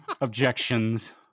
objections